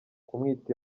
kumwita